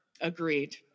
Agreed